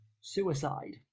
Suicide